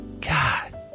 God